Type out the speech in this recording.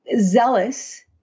zealous